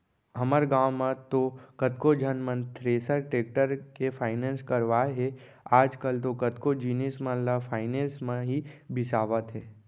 हमर गॉंव म तो कतको झन मन थेरेसर, टेक्टर के फायनेंस करवाय करवाय हे आजकल तो कतको जिनिस मन ल फायनेंस म ही बिसावत हें